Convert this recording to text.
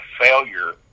failure